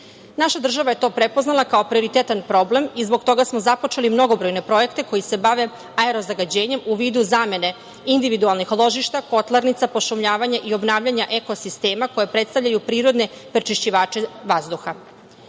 Naša država je to prepoznala kao prioritetan problem, zbog toga smo započeli mnogobrojne projekte koji se bave aerozagađenjem u vidu zamene individualnih ložišta, kotlarnica, pošumljavanje i obnavljanja ekosistema koje predstavljaju prirodne prečišćavanje